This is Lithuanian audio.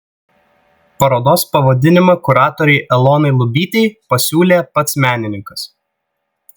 parodos pavadinimą kuratorei elonai lubytei pasiūlė pats menininkas